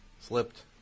Slipped